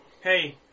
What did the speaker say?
hey